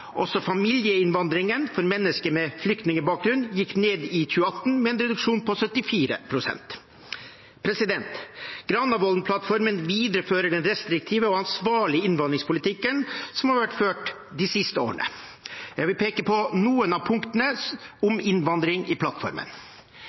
Også familieinnvandringen for mennesker med flyktningbakgrunn gikk ned i 2018, med en reduksjon på 74 pst. Granavolden-plattformen viderefører den restriktive og ansvarlige innvandringspolitikken som har vært ført de siste årene. Jeg vil peke på noen av punktene om